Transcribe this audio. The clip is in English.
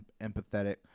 empathetic